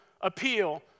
appeal